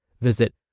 Visit